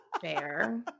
Fair